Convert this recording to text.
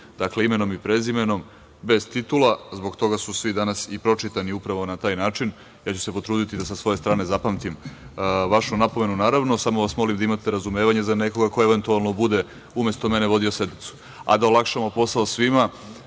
imenom i prezimenom, bez titula, zbog toga su svi danas i pročitani upravo na taj način. Ja ću se potruditi da sa svoje strane zapamtim vašu napomenu, naravno. Samo vas molim da imate razumevanje za nekoga ko eventualno bude umesto mene vodio sednicu. Da olakšamo posao svima,